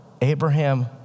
Abraham